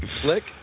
Slick